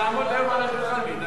יעמוד וידבר.